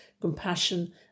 compassion